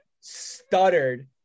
stuttered